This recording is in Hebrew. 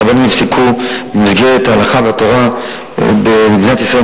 הרבנים יפסקו במסגרת ההלכה והתורה במדינת ישראל,